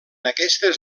aquestes